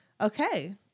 Okay